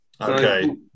Okay